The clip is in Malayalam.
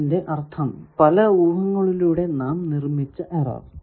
അതിന്റെ അർഥം പല ഊഹങ്ങളിലൂടെ നാം നിർമിച്ച എറർ